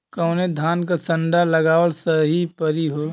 कवने धान क संन्डा लगावल सही परी हो?